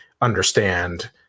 understand